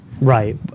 Right